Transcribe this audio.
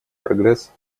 прогресс